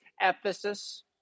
Ephesus